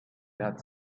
that